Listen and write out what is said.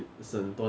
ya